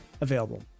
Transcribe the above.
available